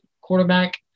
quarterback